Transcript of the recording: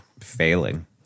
failing